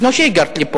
לפני שהיגרת לפה.